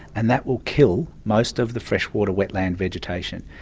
and that will kill most of the freshwater wetland vegetation.